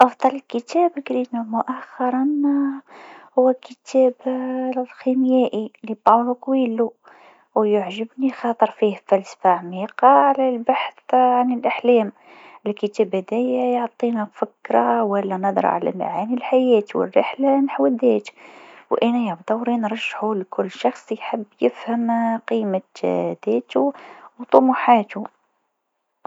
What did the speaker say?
أفضل كتاب قريته مؤخرًا هو "مئة عام من العزلة" لجابرييل غارسيا ماركيز. الكتاب يحكي على عائلة بوينديا وعندهم قصة عجيبة. الأسلوب متاعه ياسر جميل ويخليك تحس كأنك تعيش في الأحداث. نرشحه برشا للناس خاطر يعطيك نظرة جديدة على الحياة ويخليك تفكر بطريقة مختلفة. تجربة قراءة مميزة!